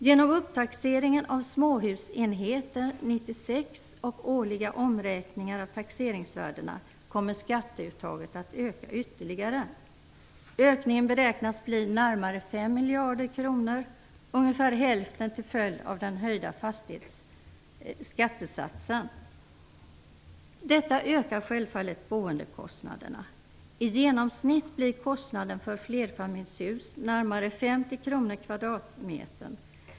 Genom upptaxeringen av småhusenheter 1996 och årliga omräkningar av taxeringsvärdena kommer skatteuttaget att öka ytterligare. Ökningen beräknas bli närmare 5 miljarder kronor, ungefär hälften till följd av den höjda skattesatsen. Detta ökar självfallet boendekostnaderna. I genomsnitt blir kostnaden för flerfamiljshus närmare 50 kr per kvadratmeter.